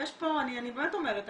אני באמת אומרת.